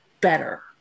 better